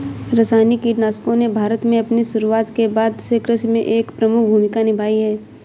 रासायनिक कीटनाशकों ने भारत में अपनी शुरूआत के बाद से कृषि में एक प्रमुख भूमिका निभाई हैं